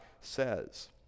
says